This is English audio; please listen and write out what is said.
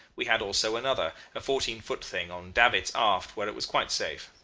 we had also another, a fourteen-foot thing, on davits aft, where it was quite safe.